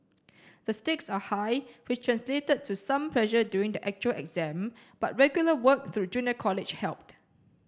the stakes are high which translated to some pressure during the actual exam but regular work through junior college helped